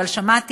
אבל שמעתי.